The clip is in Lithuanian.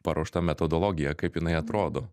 paruošta metodologija kaip jinai atrodo